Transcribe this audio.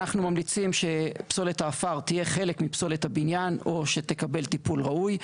אנחנו ממליצים שפסולת העפר תהיה חלק מפסולת הבניין או שתקבל טיפול ראוי.